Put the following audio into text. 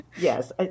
yes